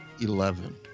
Eleven